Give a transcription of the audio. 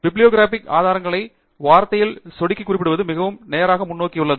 bibliographic ஆதாரங்களை வார்த்தையில் சொடுக்கி குறிப்பிடுவது மிகவும் நேராக முன்னோக்கி உள்ளது